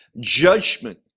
Judgment